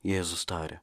jėzus tarė